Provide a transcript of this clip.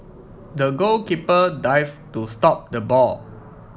the goalkeeper dived to stop the ball